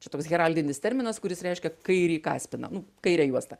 čia toks heraldinis terminas kuris reiškia kairį kaspiną nu kairę juosta